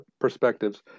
perspectives